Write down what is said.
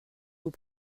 vous